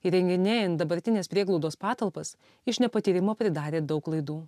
įrenginėjant dabartinės prieglaudos patalpas iš nepatyrimo pridarė daug klaidų